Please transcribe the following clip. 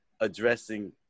addressing